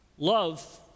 Love